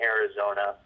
Arizona